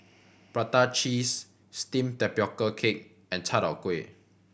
prata cheese steamed tapioca cake and chai tow kway